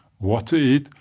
what to eat,